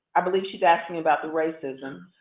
i believe she's asking me about the racism,